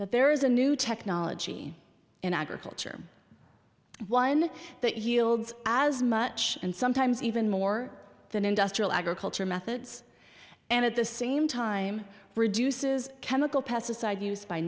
that there is a new technology in agriculture one that yields as much and sometimes even more than industrial agriculture methods and at the same time reduces chemical pesticide use by